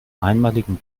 einmaligen